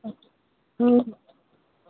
ह्म्म